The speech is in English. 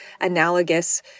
analogous